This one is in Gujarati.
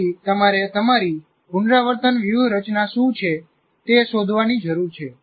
તેથી તમારે તમારી પુનરાવર્તન વ્યૂહરચના શું છે તે શોધવાની જરૂર છે